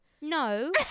No